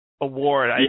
award